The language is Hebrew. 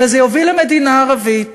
וזה יוביל למדינה ערבית.